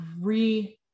re-